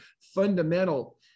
fundamental